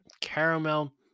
caramel